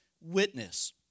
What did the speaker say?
witness